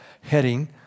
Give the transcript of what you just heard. heading